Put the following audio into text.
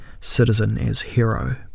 citizen-as-hero